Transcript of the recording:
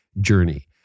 journey